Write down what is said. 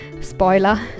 spoiler